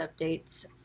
updates